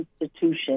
institution